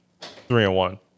three-and-one